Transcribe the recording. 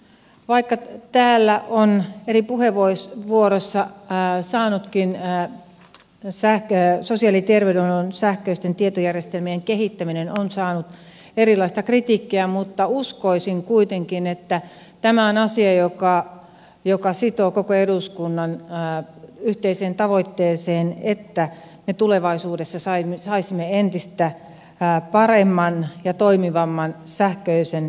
vaikka sosiaali ja terveydenhuollon sähköisten tietojärjestelmien kehittäminen on saanut kiinni ja kun säätiönsä siili täällä eri puheenvuoroissa saanut erilaista kritiikkiä uskoisin kuitenkin että tämä on asia joka sitoo koko eduskunnan yhteiseen tavoitteeseen että me tulevaisuudessa saisimme entistä paremman ja toimivamman sähköisen järjestelmän